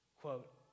Quote